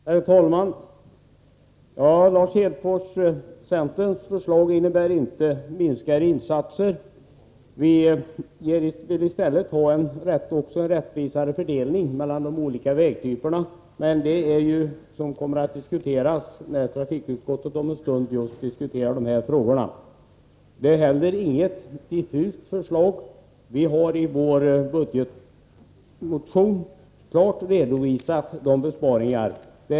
Herr talman! Centerns förslag innebär inte, Lars Hedfors, minskade insatser. Vi vill i stället ha en rättvisare fördelning mellan de olika vägtyperna, men det är ju någonting som kommer att diskuteras vid behandlingen av trafikutskottets betänkanden om en stund. Det här är inget diffust förslag. Vi har i vår budgetmotion klart redovisat besparingarna.